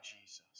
Jesus